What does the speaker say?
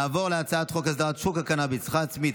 נעבור להצעת חוק אסדרת שוק הקנביס לצריכה עצמית,